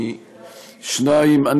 אתה מסית.